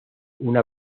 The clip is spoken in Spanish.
una